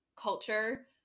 culture